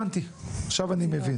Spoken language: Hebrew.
עכשיו אני מבין.